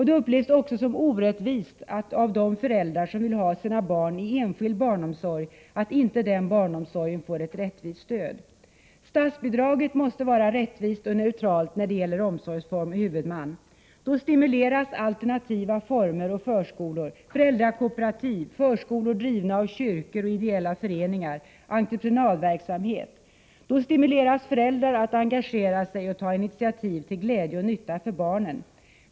Det upplevs också som orättvist av de föräldrar som vill ha sina barn i enskild barnomsorg att inte den barnomsorgen får ett rättvist stöd. Statsbidraget måste utformas så att det är rättvist och neutralt när det gäller omsorgsform och huvudman. Då stimuleras alternativa barnomsorgsformer och förskolor, föräldrakooperativ, förskolor drivna av kyrkor och ideella föreningar, entreprenadverksamhet osv. Då stimuleras också föräldrar att engagera sig och ta initiativ till glädje och nytta för barnen.